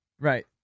Right